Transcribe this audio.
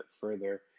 further